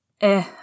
Eh